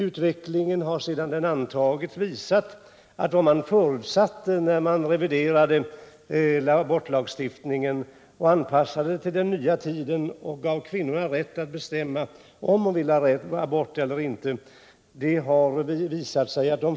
Utvecklingen sedan lagen antogs har visat att de farhågor, som fanns när man anpassade abortlagstiftningen till den nya tidens krav och gav kvinnorna rätt att bestämma om de skall ha abort eller inte, var obefogade.